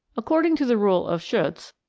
according to the rule of schutz,